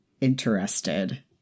interested